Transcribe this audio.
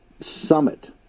summit